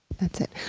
that's it.